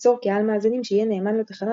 וייצור קהל מאזינים שיהיה נאמן לתחנה,